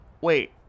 wait